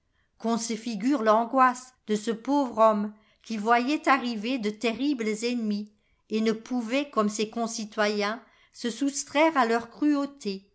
qu'on se figure l'angoisse de ce pauvre homme qui voyait arriver de terribles ennemis et ne pouvait comme ses concitoyens se soustraire à leur cruauté